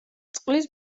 წყლის